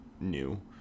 new